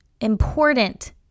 important